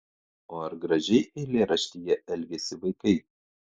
o ar gražiai eilėraštyje elgiasi vaikai